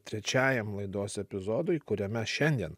trečiajam laidos epizodui kuriame šiandien